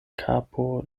kapo